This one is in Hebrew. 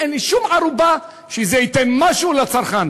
אין לי שום ערובה שזה ייתן משהו לצרכן.